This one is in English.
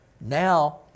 now